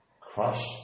crushed